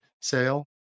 sale